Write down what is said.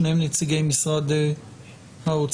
שניהם נציגי משרד האוצר.